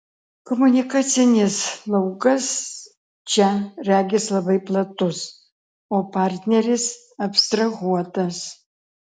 komunikacinis laukas čia regis labai platus o partneris abstrahuotas